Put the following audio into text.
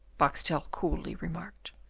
boxtel coolly remarked.